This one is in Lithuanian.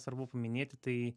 svarbu paminėti tai